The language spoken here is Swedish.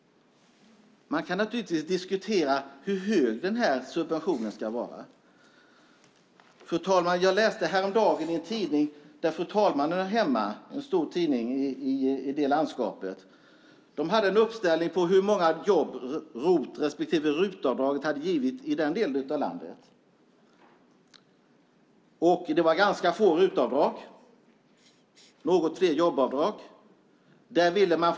Men naturligtvis kan man diskutera hur stor subventionen ska vara. Fru talman! Häromdagen såg jag i en stor tidning i det landskap där fru talmannen hör hemma en uppställning över hur många jobb ROT-avdraget respektive RUT-avdraget gett i den delen av landet. Det var ganska få som hade utnyttjat RUT-avdraget. Jobbavdraget var det något fler som hade utnyttjat.